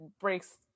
breaks